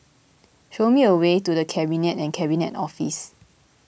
show me the way to the Cabinet and Cabinet Office